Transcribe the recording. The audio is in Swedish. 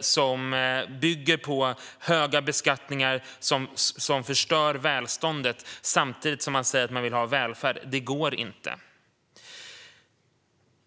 som bygger på höga beskattningar och förstör välståndet samtidigt som man säger att man vill ha välfärd. Det går inte.